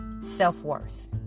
self-worth